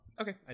Okay